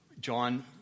John